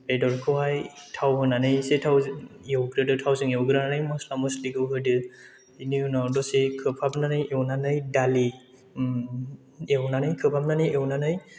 बेदरखौहाय थाव होनानै एसे थावजों एवग्रोदो थावजों एवग्रोनानै मस्ला मस्लिखौ होदो बिनि उनाव दसे खोबहाबनानै एवनानै दालि एवनानै खोबहाबनानै एवनानै